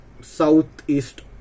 southeast